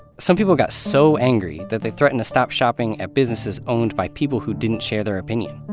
some people got so angry that they threatened to stop shopping at businesses owned by people who didn't share their opinion.